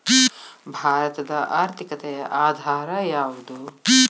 ಭಾರತದ ಆರ್ಥಿಕತೆಯ ಆಧಾರ ಯಾವುದು?